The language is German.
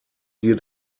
dir